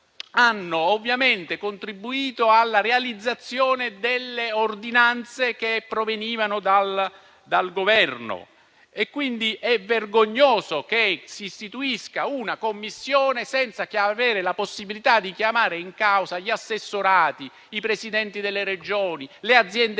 hanno ovviamente contribuito alla realizzazione delle ordinanze che provenivano dal Governo. Quindi è vergognoso che si istituisca una Commissione senza avere la possibilità di chiamare in causa gli assessorati, i Presidenti delle Regioni, le Aziende sanitarie,